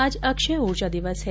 आज अक्षय उर्जा दिवस हैं